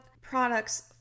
products